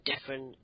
different